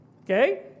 okay